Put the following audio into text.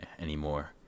anymore